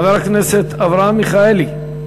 חבר הכנסת אברהם מיכאלי,